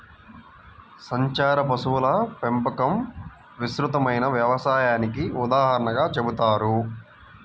సంచార పశువుల పెంపకం విస్తృతమైన వ్యవసాయానికి ఉదాహరణగా చెబుతారు